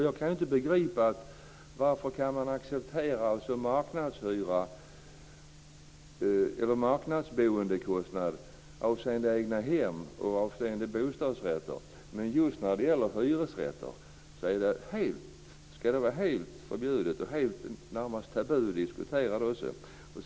Jag kan inte begripa varför man kan acceptera marknadsboendekostnad avseende egnahem och bostadsrätter men att det just när det gäller hyresrätter skall vara helt förbjudet och närmast tabu att diskutera det.